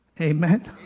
Amen